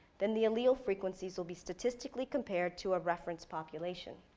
then the allele frequencies will be statistically compared to a reference population.